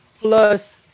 plus